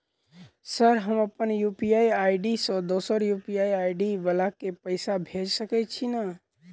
Sir हम अप्पन UPI ID सँ दोसर यु.पी.आई आई.डी वला केँ पैसा भेजि सकै छी नै?